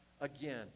again